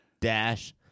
dash